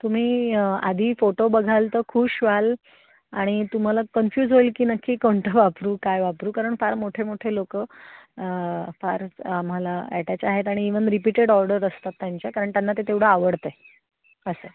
तुम्ही आधी फोटो बघाल तर खूश व्हाल आणि तुम्हाला कन्फ्यूज होईल की नक्की कोणतं वापरू काय वापरू कारण फार मोठे मोठे लोकं फारच आम्हाला ॲटॅच आहेत आणि इव्हन रिपीटेड ऑर्डर असतात त्यांच्या कारण त्यांना ते तेवढं आवडत आहे असं